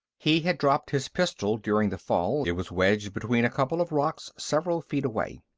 he had dropped his pistol during the fall it was wedged between a couple of rocks several feet away.